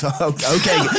Okay